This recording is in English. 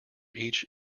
each